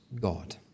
God